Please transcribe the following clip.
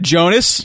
Jonas